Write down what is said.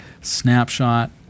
snapshot